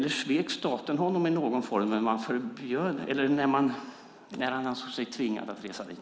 Men svek staten honom i någon form när han såg sig tvingad att resa dit?